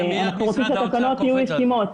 אנחנו רוצים שהתקנות יהיו ישימות.